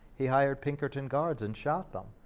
he hired pinkerton guards and shot them.